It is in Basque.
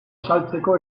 saltzeko